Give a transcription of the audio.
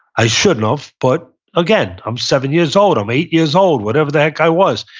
i should have, but again, i'm seven years old, i'm eight years old, whatever the heck i was.